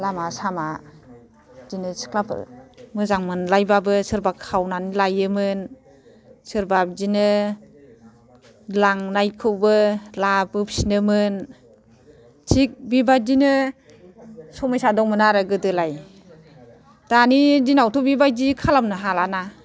लामा सामा बिदिनो सिख्लाफोर मोजां मोनलायब्लाबो सोरबा खावनानै लायोमोन सोरबा बिदिनो लांनायखौबो लाबोफिनोमोन थिग बेबायदिनो समयसा दंमोन आरो गोदोलाय दानि दिनावथ' बिबायदि खालामनो हालाना